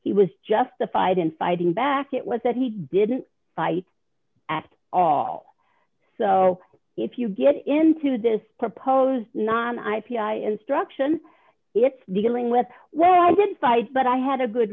he was justified in fighting back it was that he didn't fight at all so if you get into this proposed not i p i instruction it's dealing with well i didn't fight but i had a good